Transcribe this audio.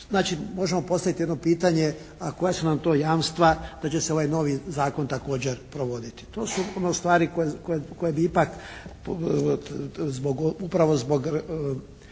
Znači možemo postaviti jedno pitanje a koja su nam to jamstva da će se ovaj novi Zakon također provoditi? To su stvari koje bi ipak upravo zbog